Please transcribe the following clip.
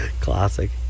Classic